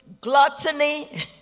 Gluttony